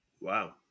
Wow